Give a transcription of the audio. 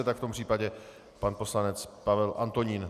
V tom případě pan poslanec Pavel Antonín.